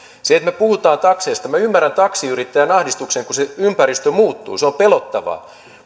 maailmaan kun me puhumme takseista minä ymmärrän taksiyrittäjän ahdistuksen kun se ympäristö muuttuu se on pelottavaa